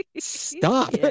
Stop